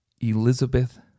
Elizabeth